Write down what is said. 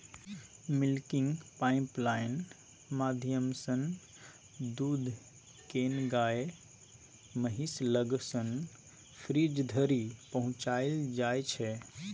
milking pipeline माध्यमसँ दुध केँ गाए महीस लग सँ फ्रीज धरि पहुँचाएल जाइ छै